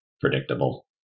predictable